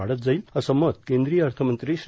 वाढत जाईल असं मत केंद्रीय अर्थ मंत्री श्री